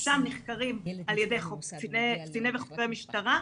ששם נחקרים על ידי קציני וחוקרי משטרה,